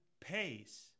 pace